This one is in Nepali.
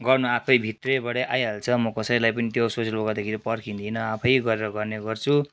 गर्नु आफै भित्रैबाटै आइहाल्छ म कसैलाई पनि त्यो सोसियल वर्क गर्दा पर्खिँदिनँ आफै गरेर गर्ने गर्छु